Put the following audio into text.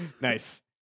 Nice